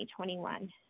2021